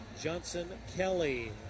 Johnson-Kelly